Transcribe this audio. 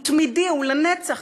הוא תמידי, הוא לנצח.